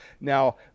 now